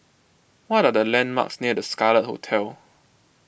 what are the landmarks near the Scarlet Hotel